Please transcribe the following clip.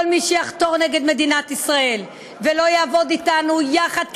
כל מי שיחתור נגד מדינת ישראל ולא יעבוד אתנו יחד,